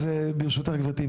אז ברשותך גברתי,